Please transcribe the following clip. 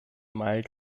mild